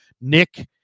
Nick